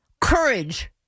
Courage